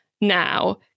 now